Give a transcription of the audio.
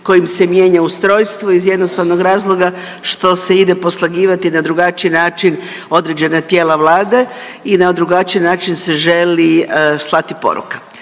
kojim se mijenja ustrojstvo iz jednostavnog razloga što se ide poslagivati na drugačiji način određena tijela Vlade i na drugačiji način se želi slati poruka.